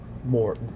more